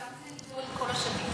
שם זה נדון כל השנים.